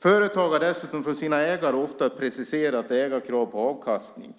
Företag har dessutom från sina ägare ofta ett preciserat ägarkrav på avkastning.